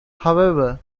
however